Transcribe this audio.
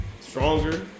Stronger